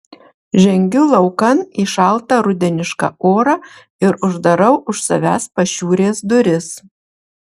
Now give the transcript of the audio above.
žengiu laukan į šaltą rudenišką orą ir uždarau už savęs pašiūrės duris